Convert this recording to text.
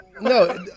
no